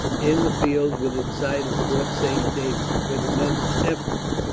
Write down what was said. in the fields within sight of fort saint david. with immense efforts,